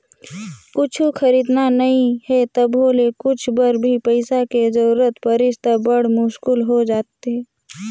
कुछु खरीदना नइ हे तभो ले कुछु बर भी पइसा के जरूरत परिस त बड़ मुस्कुल हो जाथे